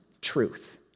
truth